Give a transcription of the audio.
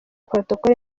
protocole